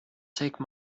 take